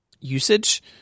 usage